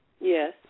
Yes